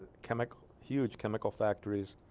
chemical huge chemical factories